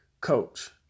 coach